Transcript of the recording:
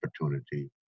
opportunity